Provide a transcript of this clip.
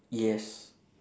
yes